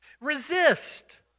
Resist